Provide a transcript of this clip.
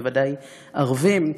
בוודאי ערבים.